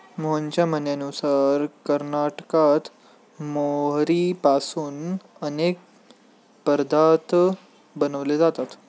मोहनच्या म्हणण्यानुसार कर्नाटकात मोहरीपासून अनेक पदार्थ बनवले जातात